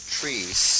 trees